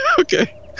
okay